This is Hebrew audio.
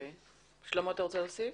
שלמה, אתה רוצה להוסיף?